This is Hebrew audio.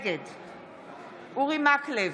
נגד אורי מקלב,